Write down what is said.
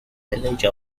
village